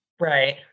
Right